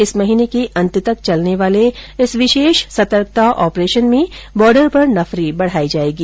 इस महीने के अंत तक चलने वाले इस विशेष सतर्कता ऑपरेशन में बॉर्डर पर नफरी बढ़ाई जाएगी